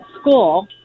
school